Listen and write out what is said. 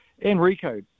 Enrico